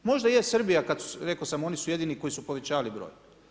Možda je Srbija kad, rekao sam, oni su jedini koji su povećavali broj.